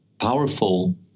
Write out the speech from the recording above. powerful